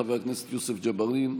חבר הכנסת יוסף ג'בארין,